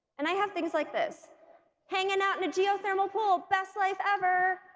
and i have things like this hanging out in a geothermal pool, best life ever!